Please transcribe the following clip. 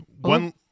One